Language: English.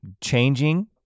changing